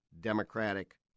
Democratic